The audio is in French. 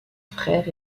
frère